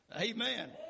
Amen